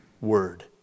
word